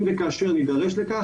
אם וכאשר נידרש לכך,